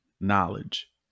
knowledge